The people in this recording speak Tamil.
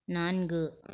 நான்கு